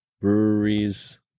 breweries